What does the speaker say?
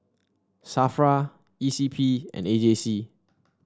Safra E C P and A J C